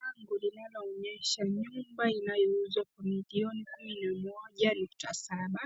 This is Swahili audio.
Bango linaloonyesha nyumba inayouzwa kwa milioni kumi na moja nukta saba.